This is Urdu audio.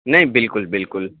نہیں بالکل بالکل